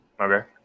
Okay